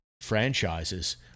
franchises